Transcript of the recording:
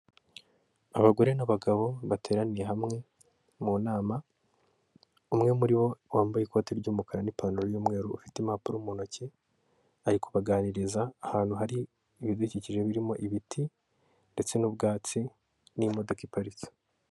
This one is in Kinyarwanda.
Abagore n'abagabo, bateraniye hamwe mu nama, umwe muri bo wambaye ikoti ry'umukara n'ipantaro y'umweru, ufite impapuro mu ntoki, ari kubaganiriza ahantu hari ibidukikije birimo ibiti ndetse n'ubwatsi n'imodoka iparitse.